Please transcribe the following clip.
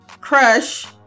crush